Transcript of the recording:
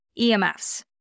EMFs